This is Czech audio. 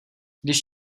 když